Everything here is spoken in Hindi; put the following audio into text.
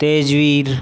तेजवीर